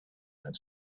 done